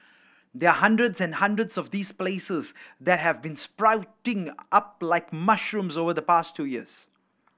there are hundreds and hundreds of these places that have been sprouting up like mushrooms over the past two years